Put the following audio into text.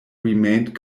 remained